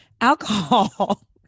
alcohol